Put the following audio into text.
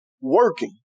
working